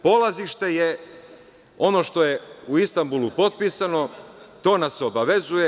Polazište je ono što je u Istanbulu potpisano, to nas obavezuje.